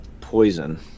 poison